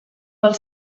els